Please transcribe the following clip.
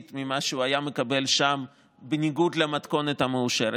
ממה שהיה מקבל שם בניגוד למתכונת המאושרת,